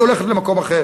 היא הולכת למקום אחר.